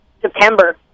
September